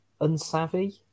unsavvy